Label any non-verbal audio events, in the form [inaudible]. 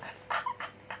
[laughs]